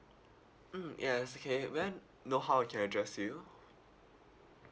mm yes okay may I know how I can address you